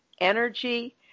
Energy